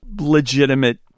legitimate